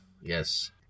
yes